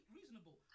reasonable